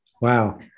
Wow